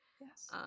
yes